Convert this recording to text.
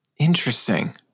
Interesting